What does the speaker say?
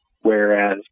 Whereas